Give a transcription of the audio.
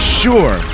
sure